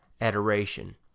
adoration